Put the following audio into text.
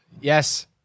Yes